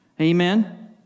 Amen